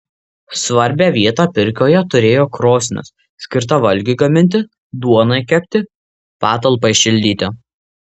svarbią vietą pirkioje turėjo krosnis skirta valgiui gaminti duonai kepti patalpai šildyti